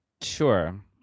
Sure